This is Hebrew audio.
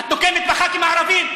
את תוקפת את החכ"ים הערבים,